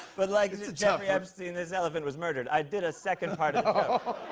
but like jeffrey epstein, this elephant was murdered. i did a second part of ah